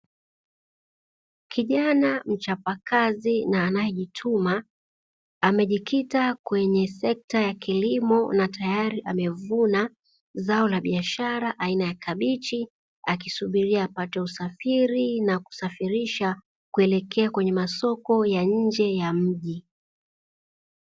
Kijana mchapakazi na anayejituma, amejikita kwenye sekta ya kilimo na tayari amevuna zao la biashara aina ya kabichi, akisubiria apate usafiri na kusafirisha kuelekea kwenye masoko ya nje ya mji.